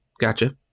gotcha